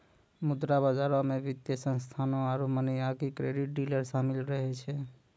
मुद्रा बजारो मे वित्तीय संस्थानो आरु मनी आकि क्रेडिट डीलर शामिल रहै छै